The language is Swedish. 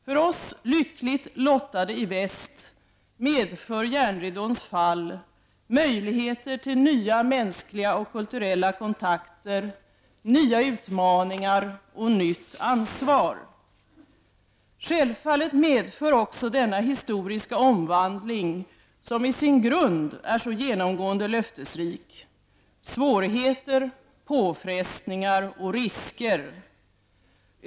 För oss lyckligt lottade i väst medför järnridåns fall möjligheter till nya mänskliga och kulturella kontakter, nya utmaningar och nytt ansvar. Självfallet medför också denna historiska omvandling, som i sin grund är så genomgående löftesrik, svårigheter, påfrestningar och risker.